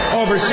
over